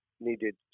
needed